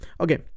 Okay